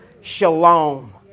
Shalom